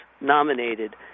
nominated